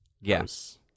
yes